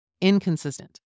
Inconsistent